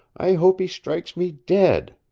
i hope he strikes me dead!